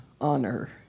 honor